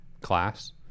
class